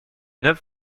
neuf